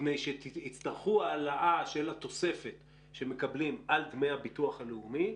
מפני שיצטרכו העלאה של התוספת שמקבלים על דמי הביטוח הלאומי,